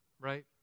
right